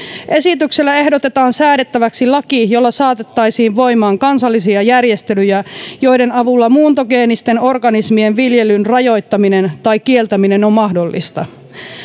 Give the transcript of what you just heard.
esityksellä ehdotetaan säädettäväksi laki jolla saatettaisiin voimaan kansallisia järjestelyjä joiden avulla muuntogeenisten organismien viljelyn rajoittaminen tai kieltäminen on mahdollista